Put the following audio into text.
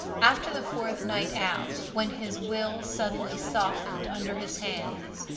after the fourth night out, when his will suddenly softened under his hands,